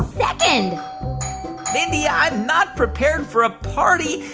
second mindy, i'm not prepared for a party.